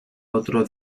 otro